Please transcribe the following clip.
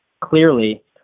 clearly